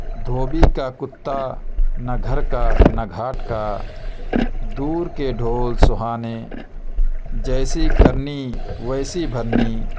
دھوبی کا کتا نہ گھر کا نہ گھاٹ کا دور کے ڈھول سہانے جیسی کرنی ویسی بھرنی